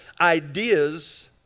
ideas